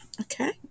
Okay